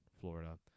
Florida